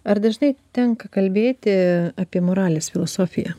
ar dažnai tenka kalbėti apie moralės filosofiją